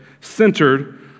centered